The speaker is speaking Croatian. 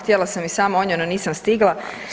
Htjela sam i sama o njoj, no nisam stigla.